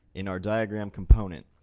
in our diagram component,